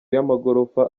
y’amagorofa